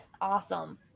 awesome